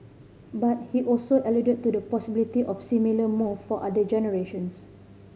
but he also alluded to the possibility of similar move for other generations